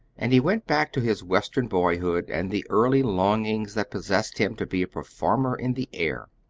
and he went back to his western boyhood and the early longings that possessed him to be a performer in the air.